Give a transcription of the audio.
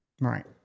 Right